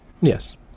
yes